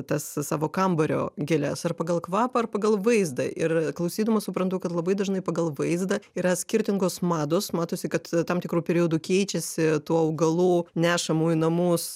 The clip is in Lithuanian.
tas savo kambario gėles ar pagal kvapą ar pagal vaizdą ir klausydama suprantu kad labai dažnai pagal vaizdą yra skirtingos mados matosi kad tam tikru periodu keičiasi tų augalų nešamų į namus